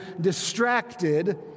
distracted